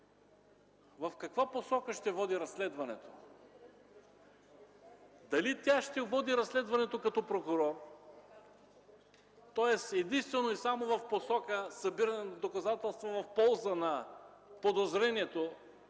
в каква посока ще води разследването? Дали тя ще води разследването като прокурор, тоест единствено и само в посока събиране на доказателства в полза на подозрението